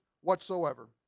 whatsoever